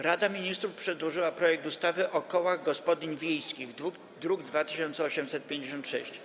Rada Ministrów przedłożyła projekt ustawy o kołach gospodyń wiejskich, druk nr 2856.